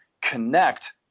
connect